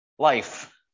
Life